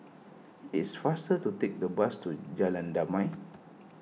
it is faster to take the bus to Jalan Damai